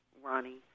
Ronnie